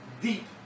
Deep